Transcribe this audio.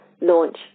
launch